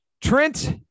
Trent